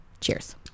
cheers